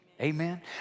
Amen